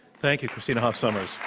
thank you, christina hoff sommers.